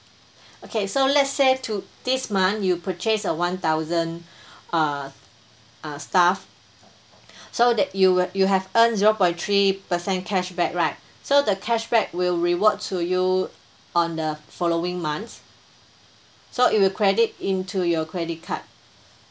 okay so let's say to this month you purchase a one thousand err uh stuff so that you you have earned zero point three percent cashback right so the cashback will reward to you on the following months so it will credit into your credit card